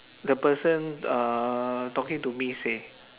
the person uh talking to me say